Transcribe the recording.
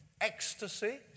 Ecstasy